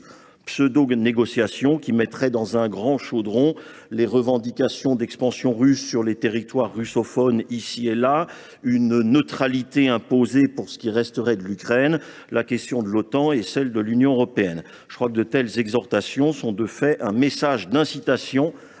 pseudo négociations qui mettraient dans un grand chaudron les revendications d’expansion russe sur les territoires russophones, ici et là, une neutralité imposée pour ce qui resterait de l’Ukraine, la question de l’Otan et celle de l’Union européenne. Je crois que de telles exhortations sont, de fait, un message d’incitation